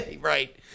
right